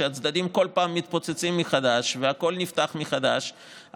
כשהצדדים כל פעם מתפוצצים מחדש והכול נפתח מחדש,